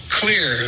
clear